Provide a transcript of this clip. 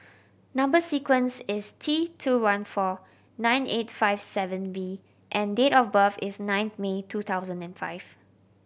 number sequence is T two one four nine eight five seven V and date of birth is nine May two thousand and five